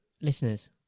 Listeners